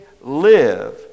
live